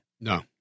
No